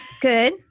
Good